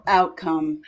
outcome